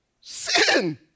sin